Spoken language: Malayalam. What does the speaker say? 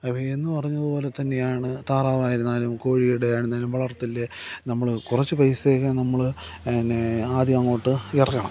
അപ്പം എന്നു പറഞ്ഞതു പോലെ തന്നെയാണ് താറാവായിരുന്നാലും കോഴിയുടെ ആയിരുന്നാലും വളർത്തൽ നമ്മൾ കുറച്ചു പൈസയൊക്കെ നമ്മൾ പിന്നേ ആദ്യം അങ്ങോട്ട് ഇറക്കണം